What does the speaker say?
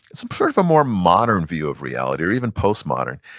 it's sort of a more modern view of reality, or even post-modern.